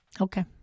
Okay